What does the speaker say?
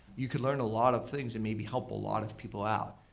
you could learn a lot of things and maybe help a lot of people out,